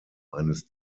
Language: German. eines